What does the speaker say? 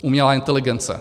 Umělá inteligence.